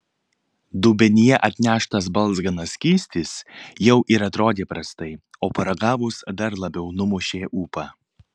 dubenyje atneštas balzganas skystis jau ir atrodė prastai o paragavus dar labiau numušė ūpą